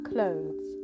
Clothes